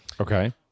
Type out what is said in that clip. Okay